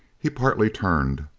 he partly turned.